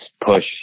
push